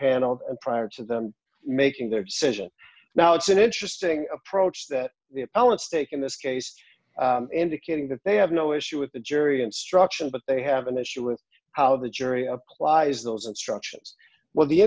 panel and prior to them making their decision now it's an interesting approach that the appellate stake in this case indicating that they have no issue with the jury instruction but they have an issue of how the jury applies those instructions well the